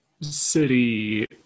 city